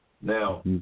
Now